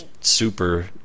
super